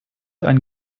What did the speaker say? ein